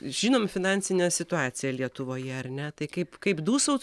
žinom finansinę situaciją lietuvoje ar ne tai kaip kaip dūsaut